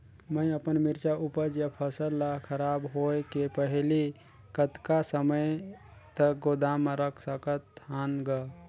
मैं अपन मिरचा ऊपज या फसल ला खराब होय के पहेली कतका समय तक गोदाम म रख सकथ हान ग?